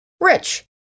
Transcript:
Rich